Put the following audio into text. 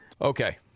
Okay